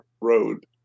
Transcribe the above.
road